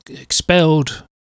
expelled